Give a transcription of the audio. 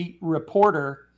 reporter